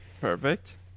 Perfect